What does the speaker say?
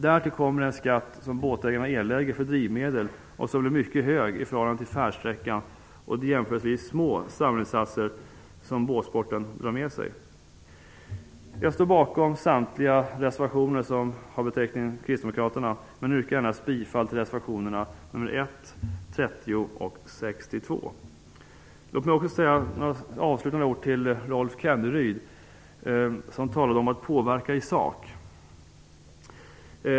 Därtill kommer den skatt som båtägarna erlägger för drivmedel och som blir mycket hög i förhållande till färdsträckan och till de jämförelsevis små samhällsinsatser som båtsporten drar med sig. Jag står bakom samtliga reservationer som har kristdemokratisk beteckning men yrkar endast bifall till reservationerna nr 1, 30 och 62. Låt mig också säga några avslutande ord till Rolf Kenneryd, som talade om att påverka i sak.